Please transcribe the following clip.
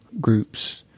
groups